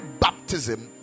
baptism